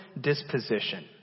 disposition